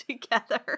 together